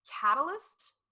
catalyst